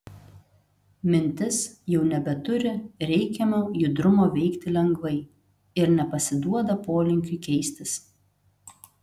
mintis jau nebeturi reikiamo judrumo veikti lengvai ir nepasiduoda polinkiui keistis